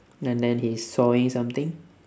and then he's sawing something